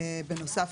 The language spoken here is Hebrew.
בנוסף,